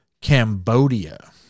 Cambodia